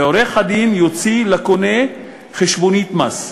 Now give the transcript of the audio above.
ועורך-הדין יוציא לקונה חשבונית מס,